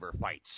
fights